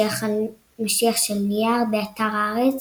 משיח של נייר, באתר הארץ,